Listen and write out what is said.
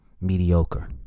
mediocre